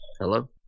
Hello